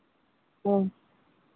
ᱦᱮᱸ